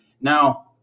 Now